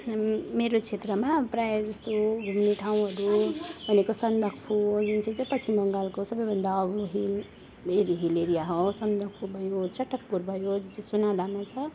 मेरो क्षेत्रमा प्रायः जस्तो घुम्ने ठाउँहरू भनेको सन्दकपुर जुन चाहिँ चाहिँ पश्चिम बङ्गालको सबैभन्दा अग्लो हिल हिल हिल एरिया हो सन्दकपुर भयो चटकपुर भयो सोनदामा छ